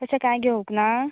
तशें काय घेवंक ना